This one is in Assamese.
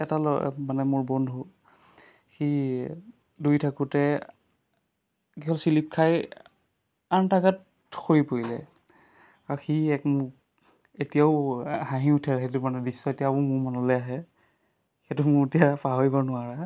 এটা ল মানে মোৰ বন্ধু সি দৌৰি থাকোঁতে কি হ'ল স্লিপ খাই আন এটাৰ গাত সৰি পৰিলে আৰু সি এক মোক এতিয়াও হাঁহি উঠে সেইটো মানে দৃশ্য এতিয়াও মোৰ মনলৈ আহে সেইটো মোৰ এতিয়া পাহৰিব নোৱাৰা